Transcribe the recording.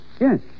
Yes